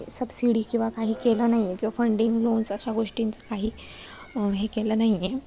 subsidy किंवा काही केलं नाही आहे किंवा फंडिंग लोन्स अशा गोष्टींचं काही हे केलं नाही आहे